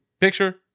Picture